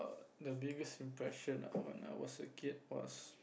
err the biggest impression ah when I was a kid was